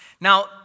Now